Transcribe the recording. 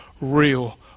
real